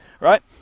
right